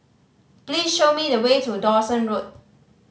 please show me the way to Dawson Road